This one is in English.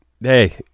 Hey